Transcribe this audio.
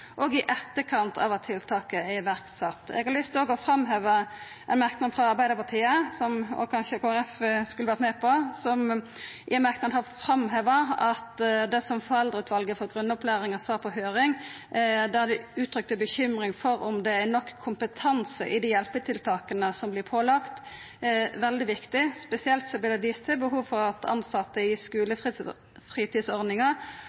og i etterkant av at tiltaket er sett i verk. Eg har òg lyst til å framheva ein merknad frå Arbeidarpartiet – som kanskje Kristeleg Folkeparti skulle ha vore med på – der ein framhevar det som Foreldreutvalet for grunnopplæringa sa i høyringa, at dei uttrykte bekymring for om det er nok kompetanse når det gjeld dei hjelpetiltaka som vert pålagde, og at det er veldig viktig. Spesielt vert det vist til om tilsette i